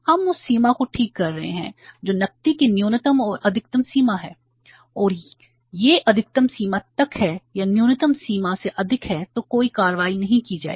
हम उस सीमा को ठीक कर रहे हैं जो नकदी की न्यूनतम और अधिकतम सीमा है और यदि यह अधिकतम सीमा तक है या न्यूनतम सीमा से अधिक है तो कोई कार्रवाई नहीं की जाएगी